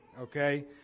Okay